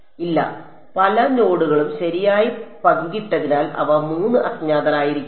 ഇല്ല പല നോഡുകളും ശരിയായി പങ്കിട്ടതിനാൽ അവ 3 അജ്ഞാതർ ആയിരിക്കില്ല